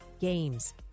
games